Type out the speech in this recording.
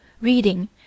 reading